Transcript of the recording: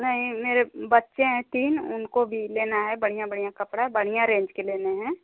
नहीं मेरे बच्चे हैं तीन उनको भी लेना है बढ़िया बढ़िया कपड़ा बढ़िया रेंज के लेने हैं